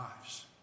lives